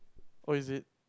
oh is it